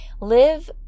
live